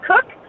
cook